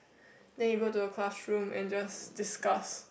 then you go to the classroom and just discuss